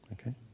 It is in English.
okay